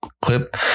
clip